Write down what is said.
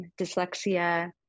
dyslexia